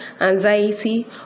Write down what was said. anxiety